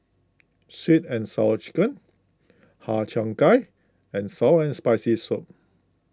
Sweet and Sour Chicken Har Cheong Gai and Sour and Spicy Soup